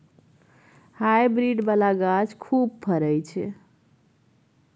hybrid बला गाछ खूब फरइ छै